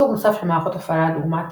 סוג נוסף של מערכות הפעלה דוגמת